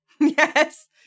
Yes